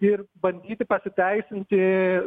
ir bandyti pasiteisinti